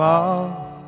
off